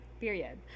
period